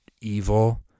evil